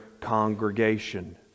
congregation